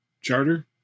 charter